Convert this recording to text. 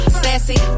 sassy